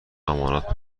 امانات